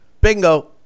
Bingo